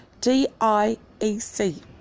D-I-E-C